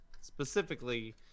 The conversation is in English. specifically